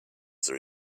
there